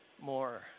more